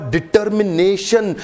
Determination